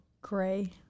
Gray